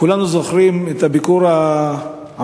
כולנו זוכרים את הביקור המפורסם,